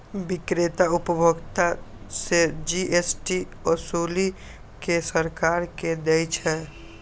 बिक्रेता उपभोक्ता सं जी.एस.टी ओसूलि कें सरकार कें दै छै